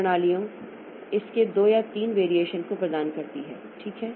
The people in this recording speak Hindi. कुछ प्रणालियाँ इस के दो या तीनों वेरिएशन को प्रदान करती हैं ठीक